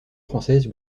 française